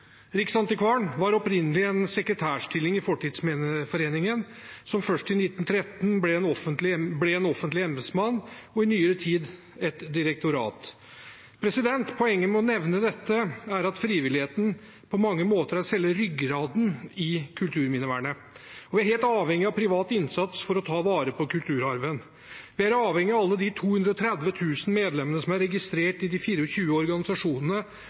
Riksantikvaren var opprinnelig en sekretærstilling i Fortidsminneforeningen, som først i 1913 ble en offentlig embetsmann og i nyere tid et direktorat. Poenget med å nevne dette er at frivilligheten på mange måter er selve ryggraden i kulturminnevernet, og vi er helt avhengige av privat innsats for å ta vare på kulturarven. Vi er avhengige av alle de 230 000 medlemmene som er registrert i de 24 organisasjonene